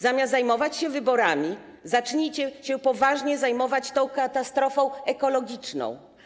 Zamiast zajmować się wyborami, zacznijcie poważnie zajmować się tą katastrofą ekologiczną.